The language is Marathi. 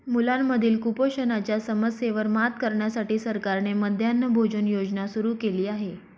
मुलांमधील कुपोषणाच्या समस्येवर मात करण्यासाठी सरकारने मध्यान्ह भोजन योजना सुरू केली आहे